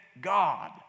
God